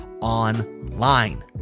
online